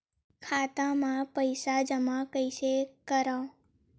खाता म पईसा जमा कइसे करव?